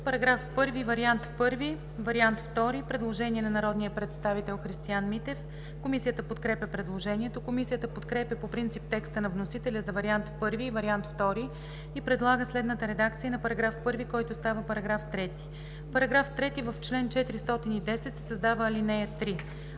вариант І и вариант ІІ на § 1 има предложение на народния представител Христиан Митев. Комисията подкрепя предложението. Комисията подкрепя по принцип текста на вносителя за вариант І и вариант ІІ и предлага следната редакция на § 1, който става § 3: „§ 3. В чл. 410 се създава ал. 3: